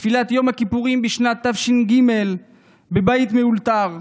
תפילת יום הכיפורים בשנת תש"ג בבית כנסת מאולתר.